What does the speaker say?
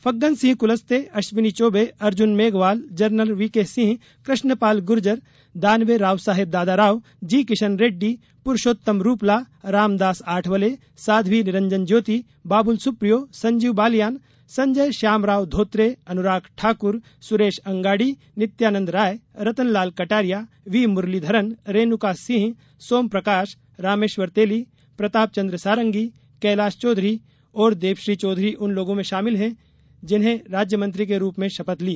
Faggan Singh Kulaste Ashwini Choubey Arjun Meghwal general V K Singh Krishanpal Gurjar Danve Raosaheb Dadarao ji Kishan Reddy Purushottam Rupala Ramdas Athawale Sadhvi Niranjan Jyoti Babul Supriyo Sanjeev Balyan Sanjay Shamrao Dhotre Anurag Thakur Suresh Angadi Nityanand Rai Rattan Lal Kataria V Muraleedharan Renuka Singh Som Parkash Rameswar Teli Pratap Chandra Sarangi Kailash Choudhary और देबश्री चौधरी उन लोगों में शामिल हैं जिन्होंने राज्य् मंत्री के रूप में शपथ ली